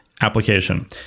application